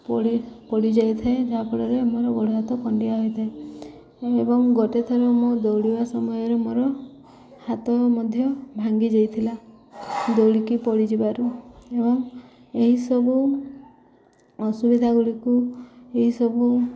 ପଡ଼ି ପଡ଼ି ଯାଇଥାଏ ଯାହାଫଳରେ ମୋର ଗୋଡ଼ ହାତ ଖଣ୍ଡିଆ ହୋଇଥାଏ ଏବଂ ଗୋଟେ ଥର ମୁଁ ଦୌଡ଼ିବା ସମୟରେ ମୋର ହାତ ମଧ୍ୟ ଭାଙ୍ଗି ଯାଇଥିଲା ଦୌଡ଼ିକି ପଡ଼ିଯିବାରୁ ଏବଂ ଏହିସବୁ ଅସୁବିଧା ଗୁଡ଼ିକୁ ଏହିସବୁ